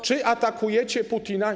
Czy atakujecie Putina?